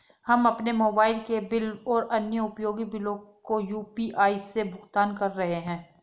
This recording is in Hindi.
हम अपने मोबाइल के बिल और अन्य उपयोगी बिलों को यू.पी.आई से भुगतान कर रहे हैं